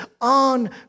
on